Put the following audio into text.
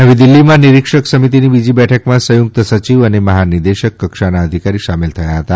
નવી દિલ્હીમાં નિરીક્ષક સમિતિની બીજી બેઠકમાં સંયુકત સચિવ અને મહાનિદેશક કક્ષાના અધિકારી સામેલ થયા હતા